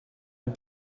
een